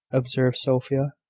observed sophia.